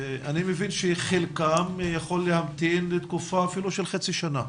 אני מבין שחלקם יכול להמתין תקופה אפילו של חצי שנה.